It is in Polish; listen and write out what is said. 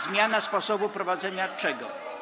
Zmiana sposobu prowadzenia czego?